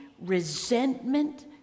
resentment